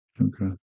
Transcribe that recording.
Okay